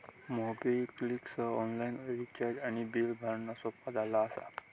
MobiKwik सह online recharge आणि bill भरणा सोपा झाला असा